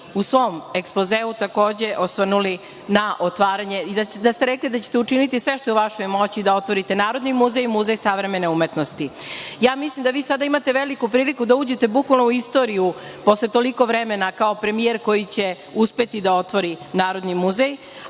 u svom ekspozeu takođe osvrnuli na otvaranje i da ste rekli da ćete učiniti sve što je u vašoj moći da otvorite Narodni muzej i Muzej savremene umetnosti. Ja mislim da vi sada imate veliku priliku da uđete bukvalno u istoriju posle toliko vremena kao premijer koji će uspeti da otvori Narodni muzej,